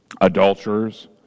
adulterers